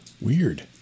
weird